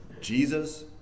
Jesus